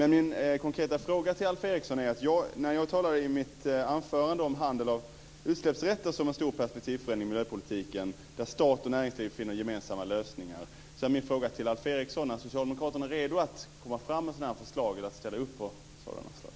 I mitt anförande talade jag om handel med utsläppsrätter som är en stor perspektivförändring i miljöpolitiken där stat och näringsliv finner gemensamma lösningar. Min fråga till Alf Eriksson är: Är Socialdemokraterna redo att komma med sådana förslag, eller att ställa upp på sådana förslag?